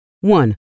One